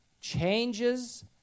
changes